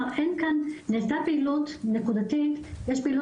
נעשתה פעילות נקודתית יש גם